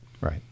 Right